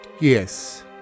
Yes